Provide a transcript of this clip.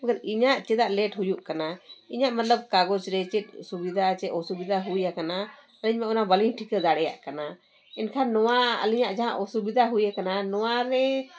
ᱤᱧᱟᱜ ᱪᱮᱫᱟᱜ ᱦᱩᱭᱩᱜ ᱠᱟᱱᱟ ᱤᱧᱟᱜ ᱢᱚᱛᱚᱵᱽ ᱠᱟᱜᱚᱡᱽ ᱨᱮ ᱪᱮᱫ ᱥᱩᱵᱤᱫᱷᱟ ᱪᱮᱫ ᱚᱥᱩᱵᱤᱫᱷᱟ ᱦᱩᱭ ᱟᱠᱟᱱᱟ ᱟᱹᱞᱤᱧ ᱢᱟ ᱚᱱᱟ ᱵᱟᱞᱤᱧ ᱴᱷᱤᱠᱟᱹ ᱫᱟᱲᱮᱭᱟᱜ ᱠᱟᱱᱟ ᱮᱱᱠᱷᱟᱱ ᱱᱚᱣᱟ ᱟᱹᱞᱤᱧᱟᱜ ᱡᱟᱦᱟᱸ ᱚᱥᱩᱵᱤᱫᱷᱟ ᱦᱩᱭ ᱟᱠᱟᱱᱟ ᱱᱚᱣᱟ ᱨᱮ